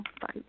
Bye